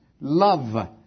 love